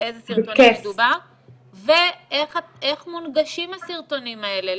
באיזה סרטונים מדובר ואיך מונגשים הסרטונים האלה,